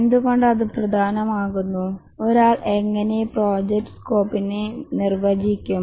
എന്തുകൊണ്ട് അത് പ്രധാനമാകുന്നു ഒരാൾ എങ്ങനെ പ്രൊജക്റ്റ് സ്കോപ്പിനെ നിർവജിക്കും